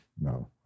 no